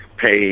pay